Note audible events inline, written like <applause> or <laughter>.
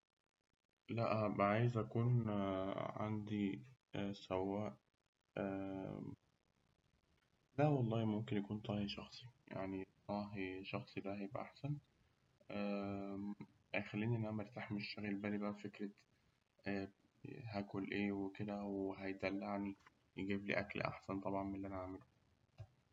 لا هأكون عايز يبقى عندي سواق، <hesitation> لا والله ممكن يكون طاهي شخصي، يعني طاهي شخصي ده هيبقى أحسن، هيخليني إن أنا مرتاح مش شاغل بالي بفكرة إن هأكل إيه وكده؟ وهيدلعني ويجيبلي أكل أحسن طبعاً من اللي أنا هأعمله.